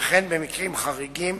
ובמקרים חריגים